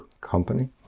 company